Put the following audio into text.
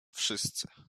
wszyscy